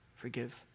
forgive